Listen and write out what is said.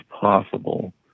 possible